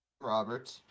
Robert